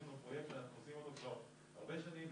יש לנו פרויקט שאנחנו עושים אותו כבר הרבה שנים,